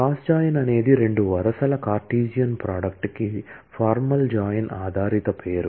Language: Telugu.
క్రాస్ జాయిన్ అనేది రెండు వరుసల కార్టెసియన్ ప్రోడక్ట్ కి అధికారిక జాయిన్ ఆధారిత పేరు